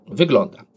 wygląda